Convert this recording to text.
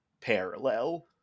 parallel